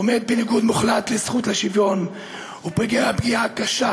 עומד בניגוד מוחלט לזכות השוויון ופוגע פגיעה קשה